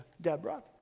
Deborah